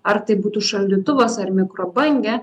ar tai būtų šaldytuvas ar mikrobangė